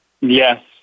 Yes